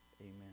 Amen